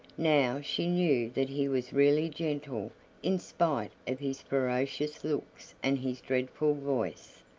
now she knew that he was really gentle in spite of his ferocious looks and his dreadful voice.